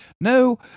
no